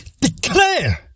declare